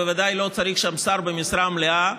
בוודאי לא צריך שם שר במשרה מלאה,